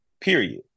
Period